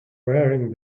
wearing